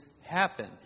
happen